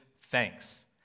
thanks